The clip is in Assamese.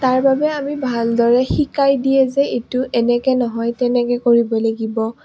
তাৰ বাবে আমি ভালদৰে শিকাই দিয়ে যে এইটো এনেকৈ নহয় তেনেকৈ কৰিব লাগিব